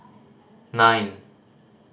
nine